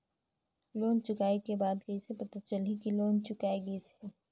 Loan चुकाय के बाद कइसे पता चलही कि लोन चुकाय गिस है?